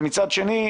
ומצד שני,